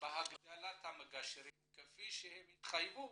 בהגדלת כמות המגשרים כפי שהם התחייבו